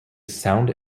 sound